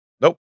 nope